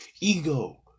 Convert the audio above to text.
Ego